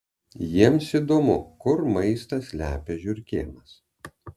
jiems įdomu kur maistą slepia žiurkėnas